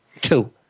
Two